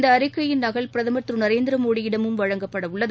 இந்த அறிக்கையின் நகல் பிரதமர் திரு நரேந்திர மோடியிடமும் வழங்கப்பட உள்ளது